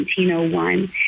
1901